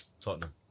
Tottenham